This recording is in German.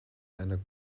einer